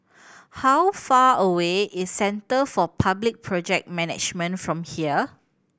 how far away is Centre for Public Project Management from here